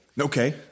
Okay